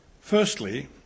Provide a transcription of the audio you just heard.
Firstly